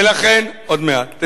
ולכן, עוד מעט.